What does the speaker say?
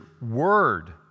word